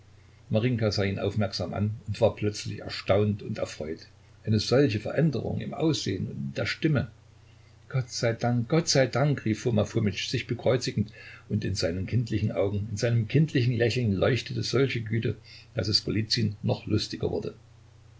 sah ihn aufmerksam an und war plötzlich erstaunt und erfreut eine solche veränderung im aussehen und in der stimme gott sei dank gott sei dank rief foma fomitsch sich bekreuzigend und in seinen kindlichen augen in seinem kindlichen lächeln leuchtete solche güte daß es golizyn noch lustiger wurde